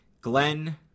Glenn